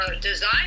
design